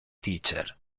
teacher